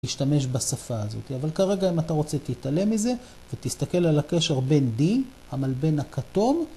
‫להשתמש בשפה הזאת. אבל כרגע, ‫אם אתה רוצה, תתעלם מזה, ‫ותסתכל על הקשר בין D, ‫המלבן הכתום.